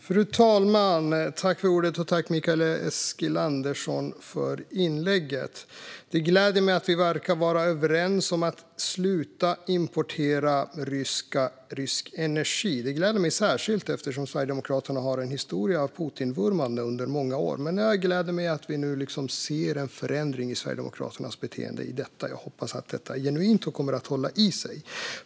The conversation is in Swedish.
Fru talman! Tack för inlägget, Mikael Eskilandersson! Det gläder mig att vi verkar vara överens om att vi ska sluta importera rysk energi, särskilt eftersom Sverigedemokraterna har en historia av Putinvurmande under många år. Jag gläder mig åt att vi nu ser en förändring i Sverigedemokraternas beteende i detta. Jag hoppas att det är genuint och kommer att hålla i sig.